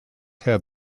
have